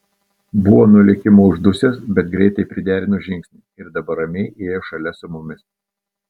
buvo nuo lėkimo uždusęs bet greitai priderino žingsnį ir dabar ramiai ėjo šalia su mumis